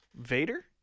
Vader